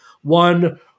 One